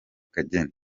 kageni